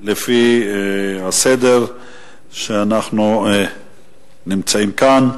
לפי הסדר שאנחנו נמצאים כאן.